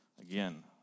Again